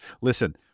Listen